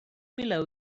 below